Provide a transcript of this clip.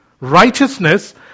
righteousness